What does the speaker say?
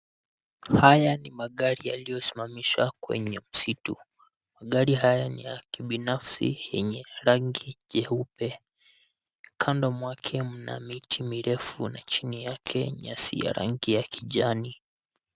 Haya ni magari yaliyosimamishwa kwenye msitu, magari haya ni ya kibinafsi yenye rangi nyeupe, kando mwake mna miti mirefu na chini yake nyasi ya rangi ya kijani.